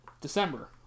december